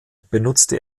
benutzte